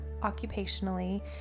occupationally